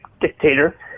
dictator